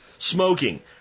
Smoking